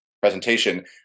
presentation